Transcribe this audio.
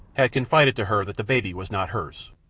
had confided to her that the baby was not hers.